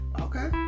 Okay